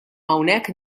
hawnhekk